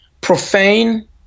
profane